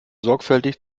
sorgfältig